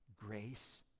grace